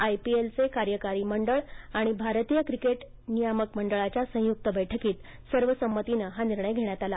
आयपीएलचं कार्यकारी मंडळ आणि भारतीय क्रिकेट नियम मंडळाच्या संयुक्त बैठकीतसर्वसंमतीनं हा निर्णय घेण्यात आला